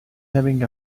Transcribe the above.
having